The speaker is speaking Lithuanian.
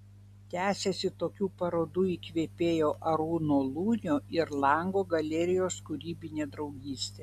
tęsiasi tokių parodų įkvėpėjo arūno lunio ir lango galerijos kūrybinė draugystė